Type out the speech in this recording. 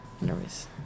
nervous